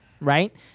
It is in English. Right